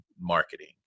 marketing